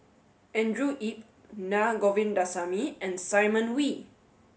Andrew Yip Naa Govindasamy and Simon Wee